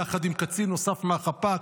יחד עם קצין נוסף מהחפ"ק,